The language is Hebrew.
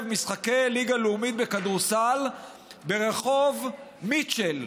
משחקי ליגה לאומית בכדורסל ברחוב מיטשל,